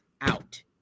out